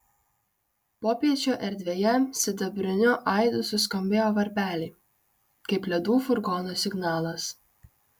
popiečio erdvėje sidabriniu aidu suskambėjo varpeliai kaip ledų furgono signalas